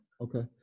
Okay